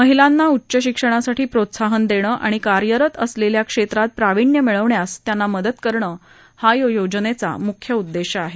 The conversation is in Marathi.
महिलांना उच्च शिक्षणासाठी प्रोत्साहन देणं आणि कार्यरत असलेल्या क्षेत्रात प्राविण्य मिळवण्यास त्यांना मदत करणं हा या योजनेचा मुख्य उद्देश आहे